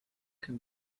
can